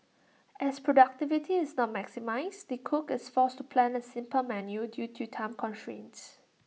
as productivity is not maximised the cook is forced to plan A simple menu due to time constraints